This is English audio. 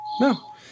No